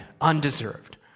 undeserved